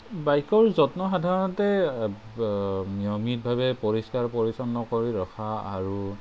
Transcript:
বাইকৰ যত্ন সাধাৰণতে নিয়মিতভাৱে পৰিষ্কাৰ পৰিচ্ছন্ন কৰি ৰখা আৰু